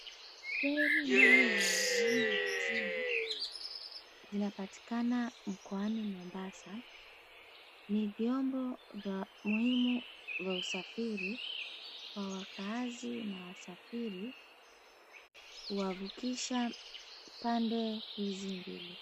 Feri mbili zilizomo majini, zinapatikana mkoani mombasa, ni vyombo vya muhimu vya usafiri kwa wakaazi na wasafiri kuwavukisha pande hizi mbili.